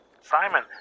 Simon